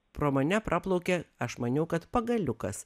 pro mane praplaukė aš maniau kad pagaliukas